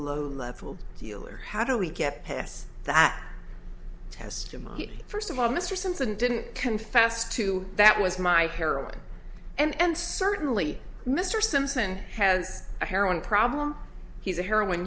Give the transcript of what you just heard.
low level dealer how do we get pass that testimony first of all mr simpson didn't confess to that was my heroin and certainly mr simpson has a heroin problem he's a heroin